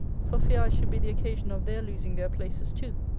for fear i should be the occasion of their losing their places too.